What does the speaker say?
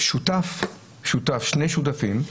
שני שותפים,